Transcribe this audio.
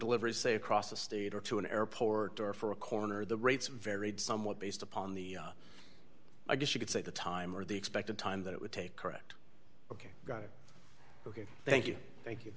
delivery say across the state or to an airport or for a coroner the rates varied somewhat based upon the i guess you could say the time or the expected time that it would take correct ok got it ok thank you thank you